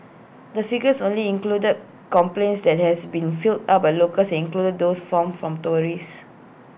the figures only included complaints that has been filed up by locals and excludes those from from tourists